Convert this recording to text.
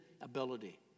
ability